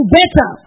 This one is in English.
better